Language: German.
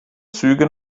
züge